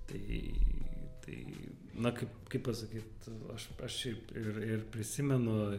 tai tai na kaip kaip pasakyt aš aš šiaip ir ir prisimenu